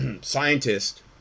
scientist